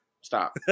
stop